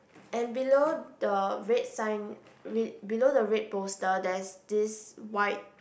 and below the red sign red below the red poster there's this white